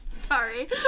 Sorry